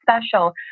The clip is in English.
special